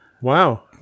Wow